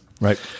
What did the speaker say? Right